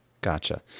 Gotcha